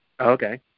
Okay